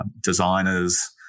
designers